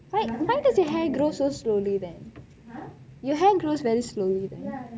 why does your hair grow so slowly then your hair grows very slowly